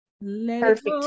perfect